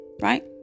right